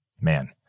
Man